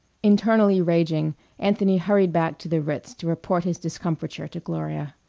internally raging anthony hurried back to the ritz to report his discomfiture to gloria.